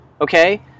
Okay